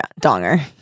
donger